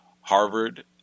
Harvard